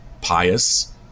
pious